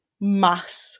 mass